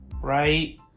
right